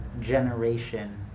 generation